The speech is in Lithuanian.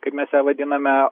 kaip mes ją vadiname